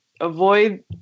avoid